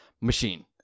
machine